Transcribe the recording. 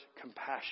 compassion